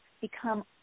become